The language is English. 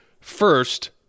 First